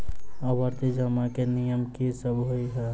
आवर्ती जमा केँ नियम की सब होइ है?